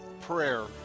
prayer